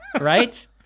right